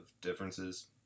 differences